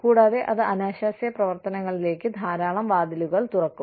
കൂടാതെ അത് അനാശാസ്യ പ്രവർത്തനങ്ങളിലേക്ക് ധാരാളം വാതിലുകൾ തുറക്കും